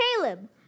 Caleb